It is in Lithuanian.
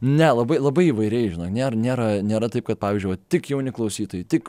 ne labai labai įvairiai žinok nėr nėra nėra taip kad pavyzdžiui va tik jauni klausytojai tik